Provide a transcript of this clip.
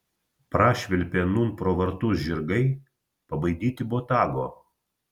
prašvilpė nūn pro vartus žirgai pabaidyti botago